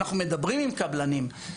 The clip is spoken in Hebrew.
אנחנו מדברים עם קבלנים,